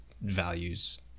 values